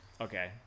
okay